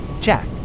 Jack